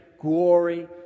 glory